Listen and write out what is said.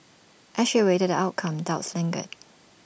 as she awaited the outcome doubts lingered